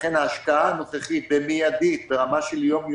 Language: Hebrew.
לכן ההשקעה הנוכחית והמידית, ברמה של יום יומיים,